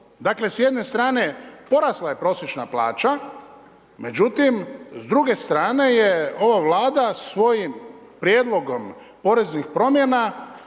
Dakle s jedne strane porasla je prosječna plaća međutim, s druge strane je ova Vlada svojim prijedlogom poreznih promjena